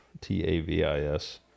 t-a-v-i-s